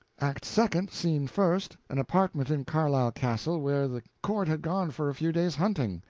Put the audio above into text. act second, scene first, an apartment in carlisle castle, where the court had gone for a few days' hunting.